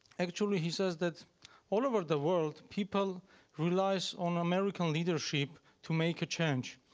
actually he says that all over the world, people rely so on american leadership to make a change.